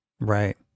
right